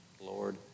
Lord